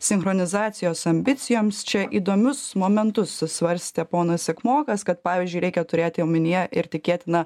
sinchronizacijos ambicijoms čia įdomius momentus svarstė ponas sekmokas kad pavyzdžiui reikia turėti omenyje ir tikėtiną